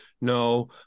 no